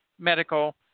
medical